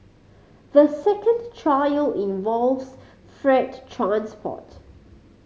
the second trial involves freight transport